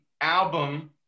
album